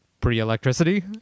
pre-electricity